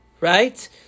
right